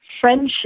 friendship